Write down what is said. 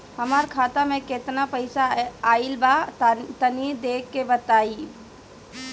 हमार खाता मे केतना पईसा आइल बा तनि देख के बतईब?